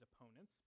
opponents